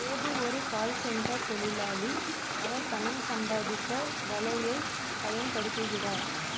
தேபு ஒரு call centre தொழிலாளி அவர் பணம் சம்பாதிக்க வலையைப் பயன்படுத்துகிறார்